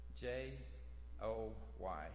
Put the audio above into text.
J-O-Y